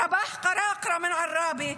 רבאח קראקרה מעראבה,